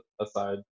aside